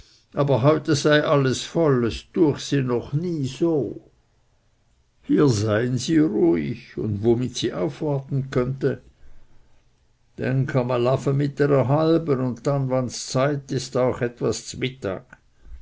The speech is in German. aber es sei heute alles voll es düech se noch nie so hier seien sie ruhig und womit sie aufwarten könne denk emel afe mit ere halbi und dann wanns zeit ist auch etwas zmittag